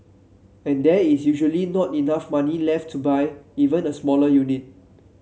and there is usually not enough money left to buy even a smaller unit